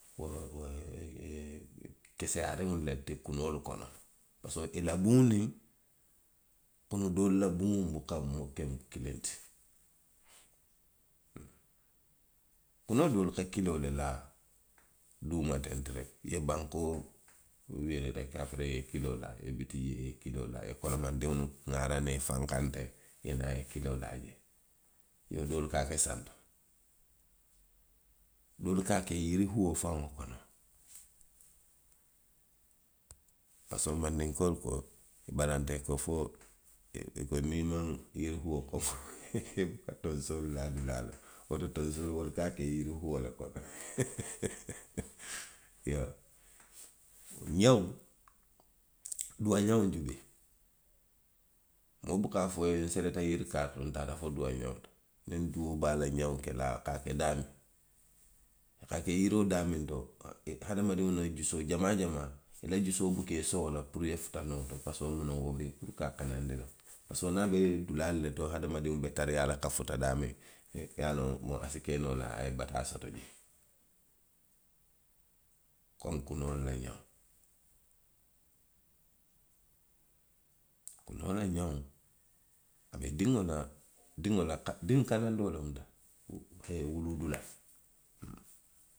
keseyaa lemu itelu ti kunoolu kono. Parisiko i la buŋo niŋ kunu doolu la buŋo buka ke kiliŋ ti. kunoo doolu ka kiloo le laa duuma tenti reki; niŋ i ye bankoo wiri reki, aperee i ye kiloo laa, i ye biti i ye kiloo laa jee, i ye kolomandiŋo laa teŋ i ye ifaŋ kanta, i ye naa i ye kiloo laa jee. Kunu doolu ka a ke santo. Doolu ka a ke yiri huo faŋo le kono. Parisiko mandinkoolu ko i ko, i ko niŋ i maŋ wo yiri huo konkoŋ, i buka tonsoolu laa dulaa loŋ. Woto itelu ka a ke yiri huo le kono iyoo. ňeŋo. duwa ňeŋo bi jee. moo buka a fo i ye i seleta yiroo kaarii to taata fo duwa ňeŋo to. Niŋ duwoo be a la ňeŋ ke la. a ka daamiŋ. a be yiroo daamiŋ to. hadamadiŋo la jusoo jamaa jamaa, i la jusoo buka i so wo la puru ye futa noo puru ka a kanandi noo; parisiko i ka a laa dulaa le te hadamadiŋo te tariyaa ka futa daamiŋ, i ye a loŋ a si kenoo a ye bataa soto jee. komi kunoolu la ňeŋo. Kunoolu la ňeŋo, a ka diŋo. ka diŋo kanandi loŋ de wuluu dulaa.